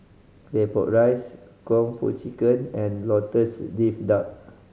Claypot Rice Kung Po Chicken and Lotus Leaf Duck